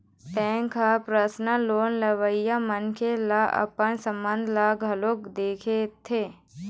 bank ह personal loan लेवइया मनखे ले अपन संबंध ल घलोक देखथे